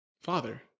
Father